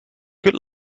good